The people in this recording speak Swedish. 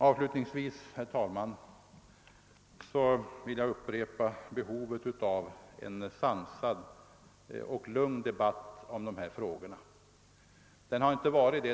Avslutningsvis, herr talman, vill jag upprepa behovet av en sansad och lugn debatt i dessa frågor.